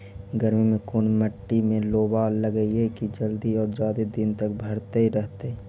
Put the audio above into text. गर्मी में कोन मट्टी में लोबा लगियै कि जल्दी और जादे दिन तक भरतै रहतै?